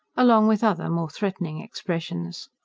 along with other, more threatening expressions.